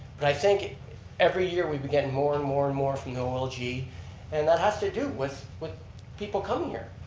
but i think every year, we'd be getting more and more and more from the olg and that has to do with with people coming here,